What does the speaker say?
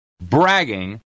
bragging